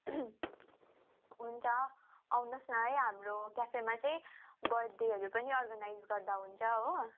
हुन्छ आउनुहोस् न है हाम्रो क्याफेमा चाहिँ बर्थडेहरू पनि अर्गनाइज गर्दा हुन्छ हो